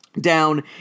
down